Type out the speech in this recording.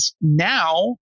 now